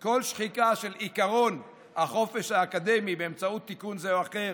כל שחיקה של עקרון החופש האקדמי באמצעות תיקון זה או אחר